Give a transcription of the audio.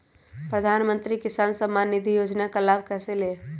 प्रधानमंत्री किसान समान निधि योजना का लाभ कैसे ले?